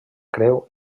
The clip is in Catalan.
creu